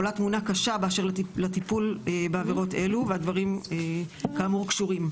עולה תמונה קשה באשר לטיפול בעבירות אלו והדברים כאמור קשורים,